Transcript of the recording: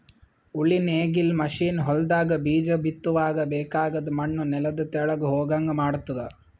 ಉಳಿ ನೇಗಿಲ್ ಮಷೀನ್ ಹೊಲದಾಗ ಬೀಜ ಬಿತ್ತುವಾಗ ಬೇಕಾಗದ್ ಮಣ್ಣು ನೆಲದ ತೆಳಗ್ ಹೋಗಂಗ್ ಮಾಡ್ತುದ